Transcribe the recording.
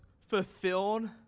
fulfilled